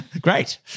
great